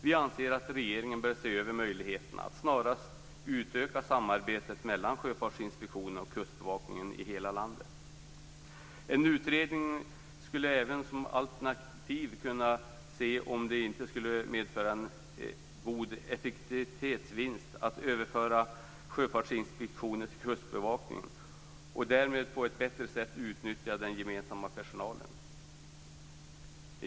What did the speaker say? Vi anser att regeringen bör se över möjligheterna att snarast utöka samarbetet mellan Sjöfartsinspektionen och Kustbevakningen i hela landet. En utredning skulle även som alternativ kunna undersöka om det skulle medföra en effektivitetsvinst att överföra Sjöfartsinspektionen till Kustbevakningen och därmed på ett bättre sätt utnyttja den gemensamma personalen.